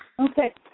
Okay